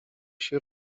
się